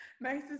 Nice